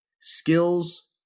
Skills